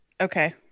Okay